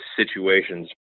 situations